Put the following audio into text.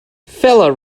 feller